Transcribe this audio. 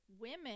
women